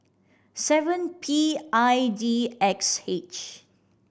seven P I D X H